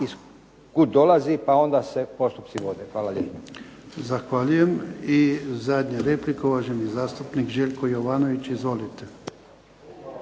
kud dolazi, pa onda se postupci vode. Hvala lijepa. **Jarnjak, Ivan (HDZ)** Zahvaljujem. I zadnja replika, uvaženi zastupnik Željko Jovanović. Izvolite.